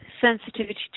sensitivity